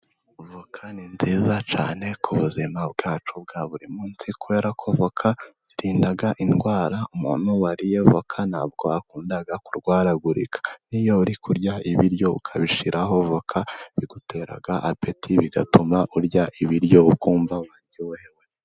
Avoka ni cyane ku buzima bwacu bwa buri munsi, kubera avoka irinda indwara, umuntu wariye avoka ntabwo akunda kurwaragurika, iyo uri kurya ibiryo ukabishyiraho avoka bigutera apeti bigatuma urya ibiryo ukumva waryohewe.